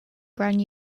grand